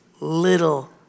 little